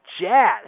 Jazz